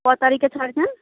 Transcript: কতারিখে ছাড়ছেন